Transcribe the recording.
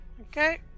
Okay